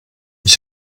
ich